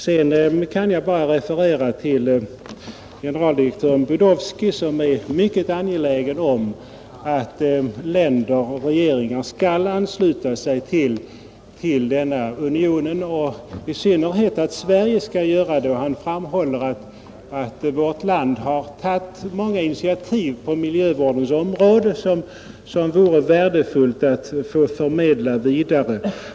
Sedan kan jag bara referera till generaldirektören Budowski, som är mycket angelägen om att nationer skall ansluta sig till denna union och i synnerhet att Sverige skall göra det. Man framhåller att vårt land har tagit många initiativ på miljövårdens område som det vore värdefullt att få förmedla vidare.